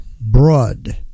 broad